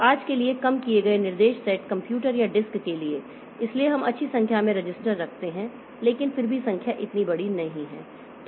तो आज के लिए कम किए गए निर्देश सेट कंप्यूटर या डिस्क के लिए इसलिए हम अच्छी संख्या में रजिस्टर रखते हैं लेकिन फिर भी संख्या इतनी बड़ी नहीं है